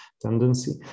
tendency